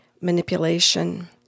manipulation